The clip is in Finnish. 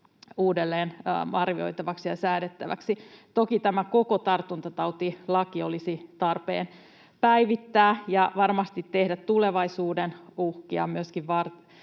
uudelleen arvioitavaksi ja säädettäväksi. Toki tämä koko tartuntatautilaki olisi tarpeen päivittää varmasti tulevaisuuden uhkiakin